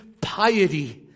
piety